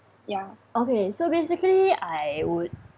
ya okay so basically I would